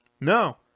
No